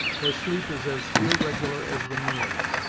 where sleep is as irregular as the meals.